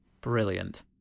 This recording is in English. brilliant